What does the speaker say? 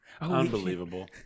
Unbelievable